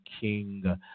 King